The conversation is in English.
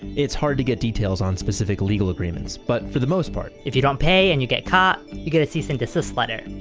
it's hard to get details on specific legal agreements. but for the most part if you don't pay and you get caught, you get a cease and desist letter.